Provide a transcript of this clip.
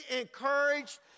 encouraged